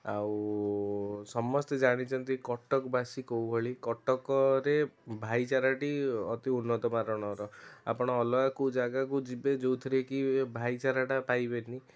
ଆଉ ସମସ୍ତେ ଜାଣିଛନ୍ତି କଟକବାସୀ କେଉଁ ଭଳି କଟକରେ ଭାଇଚାରା ଟି ଅତି ଉନ୍ନତ ମାନରର ଆପଣ ଅଲଗା କେଉଁ ଜାଗାକୁ ଯିବେ ଯେଉଁଥିରେ କି ଭାଇଚାରା ଟା ପାଇବେନି